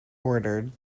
ordered